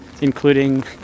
including